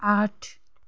आठ